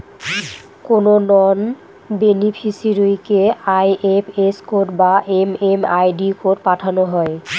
কোনো নন বেনিফিসিরইকে IFS code বা এম.এম.আই.ডি কোড পাঠানো হয়